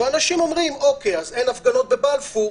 אנשים אומרים: אוקיי, אין הפגנות בבלפור?